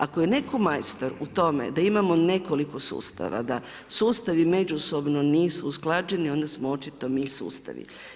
Ako je netko majstor u tome da imamo nekoliko sustava da sustavi međusobno nisu usklađeni onda smo očito mi sustavi.